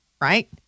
right